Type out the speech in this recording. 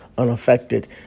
Unaffected